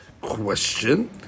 question